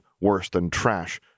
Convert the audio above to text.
worse-than-trash